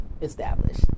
established